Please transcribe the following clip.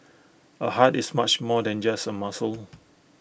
A heart is much more than just A muscle